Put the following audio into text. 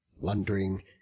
wondering